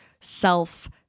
self